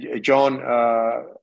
John